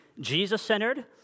Jesus-centered